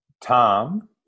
tom